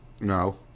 No